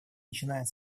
начинает